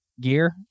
gear